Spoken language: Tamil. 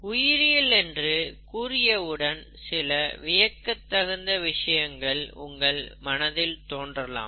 உயிரியல் என்று கூறியவுடன் சில வியக்கத் தகுந்த விஷயங்கள் உங்கள் மனதில் தோன்றலாம்